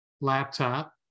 laptop